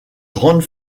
grande